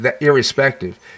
irrespective